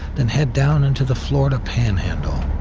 then head down into the florida panhandle.